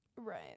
Right